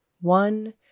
one